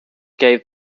gave